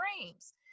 dreams